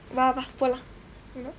வா வா போலாம்:vaa vaa poolaam you know